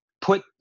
put